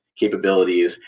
capabilities